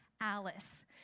Alice